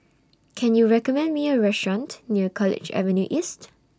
Can YOU recommend Me A Restaurant near College Avenue East